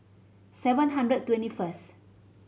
seven hundred twenty first